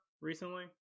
recently